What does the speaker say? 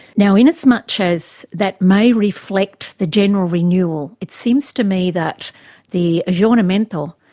now in as much as that may reflect the general renewal it seems to me that the aggiornamento,